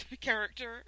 character